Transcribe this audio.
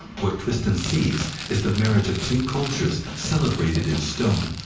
what kristin sees is the marriage of two cultures celebrated in stone.